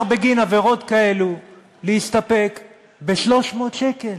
בגין עבירות כאלו להסתפק ב-300 שקל?